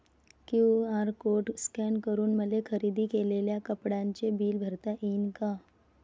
QR code scan करून मले खरेदी केलेल्या कापडाचे बिल भरता यीन का?